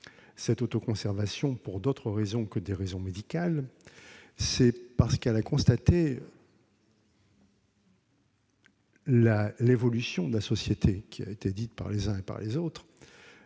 cette autoconservation pour d'autres raisons que des raisons médicales, c'est parce qu'elle a constaté l'évolution de la société, qui a été décrite par les uns et par les autres